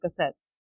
cassettes